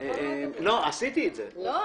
--- אז בוא